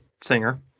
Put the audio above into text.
singer